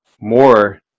more